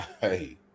hey